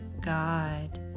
God